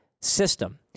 system